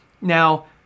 Now